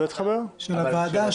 של הוועדה?